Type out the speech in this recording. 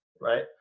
right